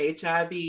HIV